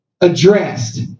addressed